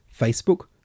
Facebook